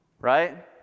right